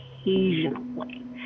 occasionally